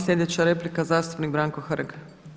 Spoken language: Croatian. Sljedeća replika zastupnik Branko Hrg.